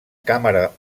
càmera